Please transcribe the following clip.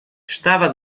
estava